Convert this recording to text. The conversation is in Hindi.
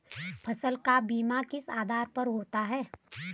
फसल का बीमा किस आधार पर होता है?